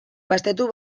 baztertu